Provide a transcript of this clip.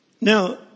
Now